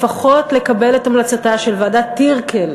לפחות לקבל את המלצתה של ועדת טירקל,